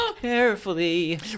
carefully